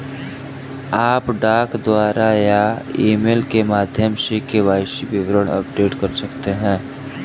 आप डाक द्वारा या ईमेल के माध्यम से के.वाई.सी विवरण अपडेट कर सकते हैं